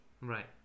Right